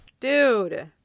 Dude